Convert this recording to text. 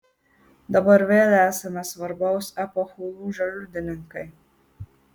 dabar vėl esame svarbaus epochų lūžio liudininkai